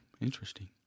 Interesting